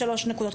שלוש נקודות,